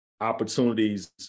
opportunities